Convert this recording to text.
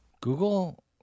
Google